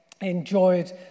enjoyed